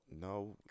no